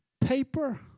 paper